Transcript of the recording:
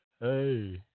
Hey